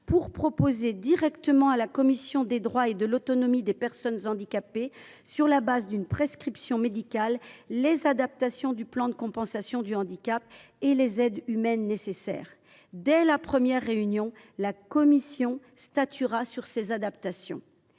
pour proposer directement à la commission des droits et de l’autonomie des personnes handicapées (CDAPH), sur la base d’une prescription médicale, les adaptations du plan de compensation du handicap et les aides humaines nécessaires. Dès la première réunion, la CDAPH statuera sur ces adaptations.